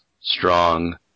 strong